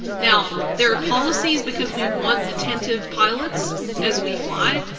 now, there are policies, because we want attentive pilots as we fly,